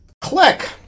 Click